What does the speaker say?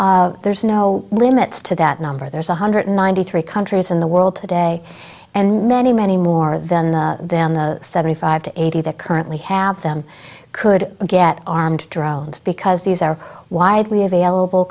there's no limits to that number there's one hundred ninety three countries in the world today and many many more than seventy five to eighty that currently have them could get armed drones because these are widely available